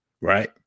right